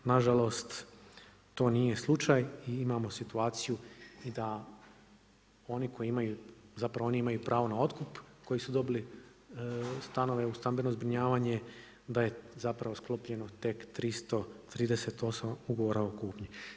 Na žalost to nije slučaj i imamo situaciju da oni koji imaju, zapravo oni imaju pravo na otkup koji su dobili stanove u stambeno zbrinjavanje, da je zapravo sklopljeno tek 338 ugovora o kupnji.